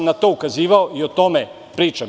Na to sam ukazivao i o tome pričam.